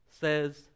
says